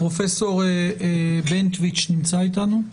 פרופסור צבי בנטואיץ נמצא אתנו?